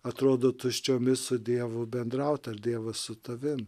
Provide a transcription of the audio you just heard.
atrodo tuščiomis su dievu bendraut ar dievas su tavim